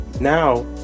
now